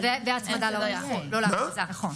תושבי הדרום כאובים,